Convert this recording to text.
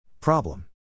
Problem